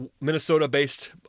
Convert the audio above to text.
Minnesota-based